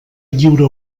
lliure